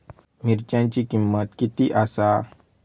मिरच्यांची किंमत किती आसा?